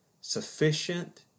sufficient